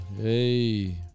Hey